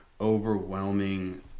overwhelming